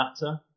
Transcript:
matter